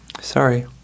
Sorry